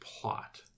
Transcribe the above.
plot